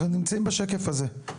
אנחנו נמצאים בשקף הזה.